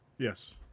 Yes